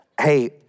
Hey